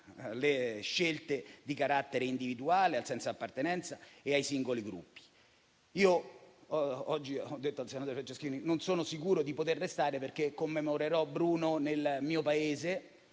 dalle scelte di carattere individuale, dal senso di appartenenza ai singoli Gruppi. Come ho detto al senatore Franceschini, non sono sicuro di poter restare perché commemorerò Bruno nel mio paese,